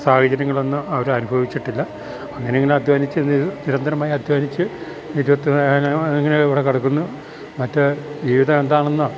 സാഹചര്യങ്ങൾ ഒന്നും അവർ അനുഭവിച്ചിട്ടില്ല അങ്ങനെ ഇങ്ങനെ അധ്വാനിച്ച് നിരന്തരമായി അധ്വാനിച്ച് നിരുവത്തന ഇങ്ങനെ ഇവിടെ കിടക്കുന്നു മറ്റേ ജീവിതം എന്താണെന്നോ